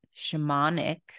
shamanic